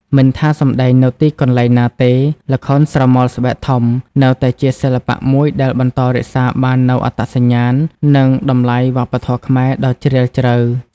មិនថាសម្តែងនៅទីកន្លែងណាទេ ល្ខោនស្រមោលស្បែកធំនៅតែជាសិល្បៈមួយដែលបន្តរក្សាបាននូវអត្តសញ្ញាណ និងតម្លៃវប្បធម៌ខ្មែរដ៏ជ្រាលជ្រៅ។